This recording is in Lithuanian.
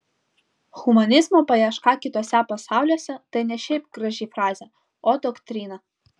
humanizmo paieška kituose pasauliuose tai ne šiaip graži frazė o doktrina